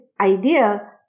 idea